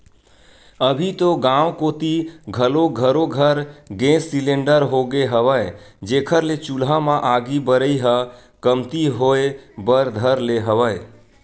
अभी तो गाँव कोती घलोक घरो घर गेंस सिलेंडर होगे हवय, जेखर ले चूल्हा म आगी बरई ह कमती होय बर धर ले हवय